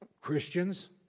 Christians